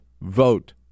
vote